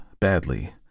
badly